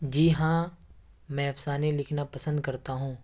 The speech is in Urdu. جی ہاں میں افسانے لکھنا پسند کرتا ہوں